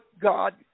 God